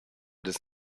des